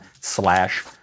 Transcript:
slash